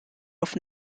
auf